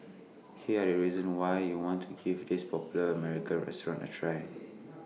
here are the reasons why you'd want to give this popular American restaurant A try